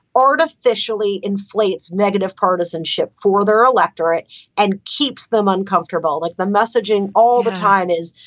artificially inflates negative partisanship for their electorate and keeps them uncomfortable, like the messaging all the time is,